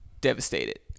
devastated